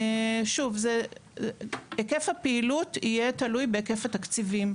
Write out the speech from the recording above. שוב, היקף הפעילות יהיה תלוי בהיקף התקציבים.